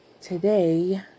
Today